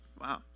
wow